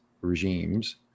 regimes